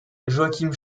joachim